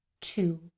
Two